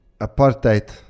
apartheid